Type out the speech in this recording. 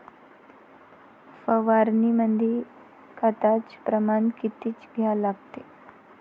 फवारनीमंदी खताचं प्रमान किती घ्या लागते?